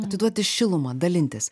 atiduoti šilumą dalintis